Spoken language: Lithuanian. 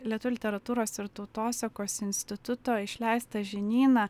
lietuvių literatūros ir tautosakos instituto išleistą žinyną